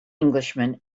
englishman